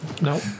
No